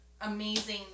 amazing